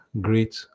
great